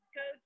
go